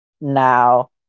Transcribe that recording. now